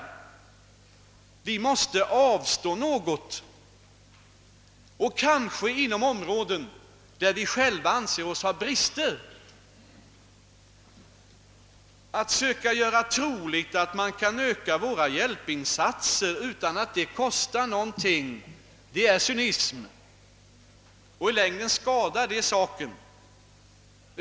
Vi måste avstå något, kanske inom områden där vi själva anser oss ha brister. Att. söka göra troligt att vi kan öka våra hjälpinsatser utan att det kostar någonting är cynism, och i längden skadar det saken.